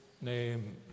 name